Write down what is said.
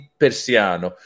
persiano